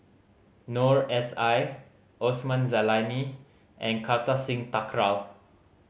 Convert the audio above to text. Noor S I Osman Zailani and Kartar Singh Thakral